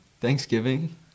Thanksgiving